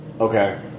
Okay